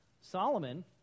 Solomon